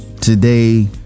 today